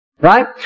Right